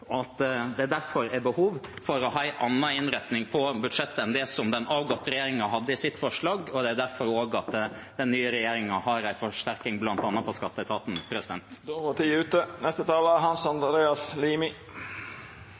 Det er derfor behov for å ha en annen innretning på budsjettet enn det den avgåtte regjeringen hadde i sitt forslag. Det er også derfor den nye regjeringen har en forsterking for bl.a. skatteetaten.